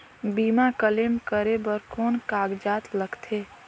बीमा क्लेम करे बर कौन कागजात लगथे?